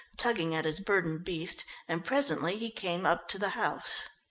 tugging at his burdened beast, and presently he came up to the house.